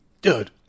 dude